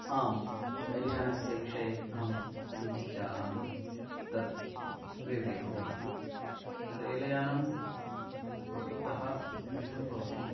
आं रेलयानस्य विषये अहं किञ्चिज्जानामि तद् विवृणोमि रेलयानं वस्तुतः द्विविधं भवति